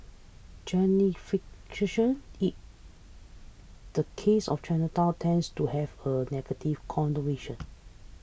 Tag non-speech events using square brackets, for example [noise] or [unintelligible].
[unintelligible] in the case of Chinatown tends to have a negative connotation